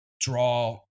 draw